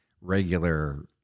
regular